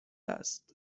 است